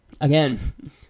Again